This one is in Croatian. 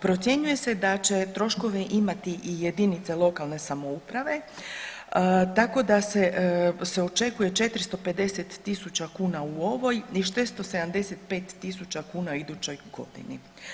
Procjenjuje se da će troškove imati i jedinice lokalne samouprave tako da se, se očekuje 450.000 kuna u ovoj i 675.000 kuna u idućoj godini.